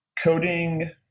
Coding